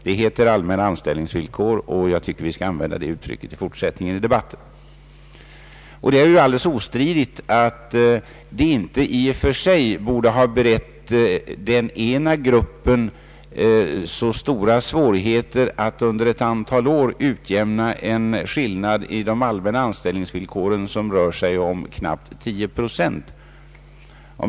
Det heter allmänna anställningsvillkor, och jag tycker att vi skall använda det uttrycket i fortsättningen i debatten. Det är alldeles ostridigt att det inte i och för sig borde ha berett den ena gruppen så stora svårigheter att under ett antal år utjämna en skillnad i de allmänna anställningsvillkoren som rör sig om knappt 10 procent.